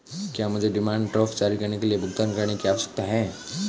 क्या मुझे demand draft जारी करने के लिए भुगतान करने की आवश्यकता है?